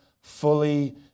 fully